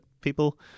people